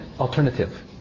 alternative